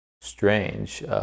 strange